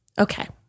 Okay